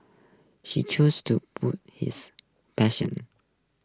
she choose to his passion